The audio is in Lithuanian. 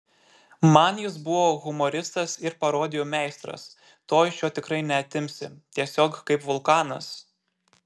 man jis buvo humoristas ir parodijų meistras to iš jo tikrai neatimsi tiesiog kaip vulkanas